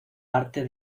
parte